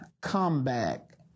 comeback